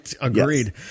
agreed